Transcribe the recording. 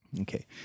Okay